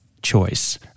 choice